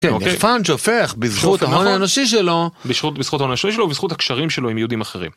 פאנג' הופך בזכות ההון האנושי שלו ובזכות הקשרים שלו עם יהודים אחרים.